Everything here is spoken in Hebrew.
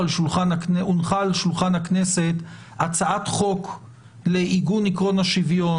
על שולחן הכנסת הצעת חוק לעיגון עקרון השוויון,